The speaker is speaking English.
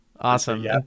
Awesome